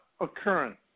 occurring